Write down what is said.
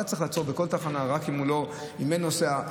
אתה צריך לעצור בכל תחנה, אלא אם כן אין נוסע.